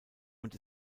und